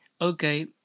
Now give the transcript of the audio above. okay